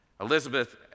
Elizabeth